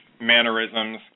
mannerisms